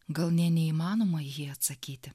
gal nė neįmanoma į jį atsakyti